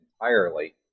entirely